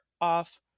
off